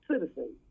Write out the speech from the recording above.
citizen